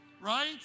Right